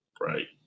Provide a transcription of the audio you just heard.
right